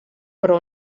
però